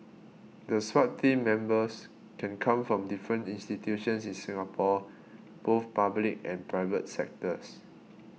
the Swat team members can come from different institutions in Singapore both public and private sectors